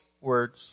words